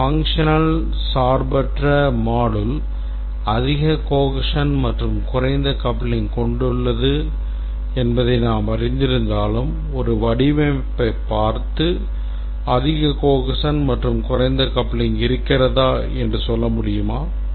ஒரு functional சார்பற்ற module அதிக cohesion மற்றும் குறைந்த coupling உள்ளது என்பதை நாம் அறிந்திருந்தாலும் ஒரு வடிவமைப்பைப் பார்த்து அதிக cohesion மற்றும் குறைந்த coupling இருக்கிறதா என்று சொல்ல முடியுமா